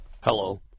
Hello